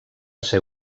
ser